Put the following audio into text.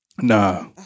nah